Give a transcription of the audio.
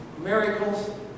miracles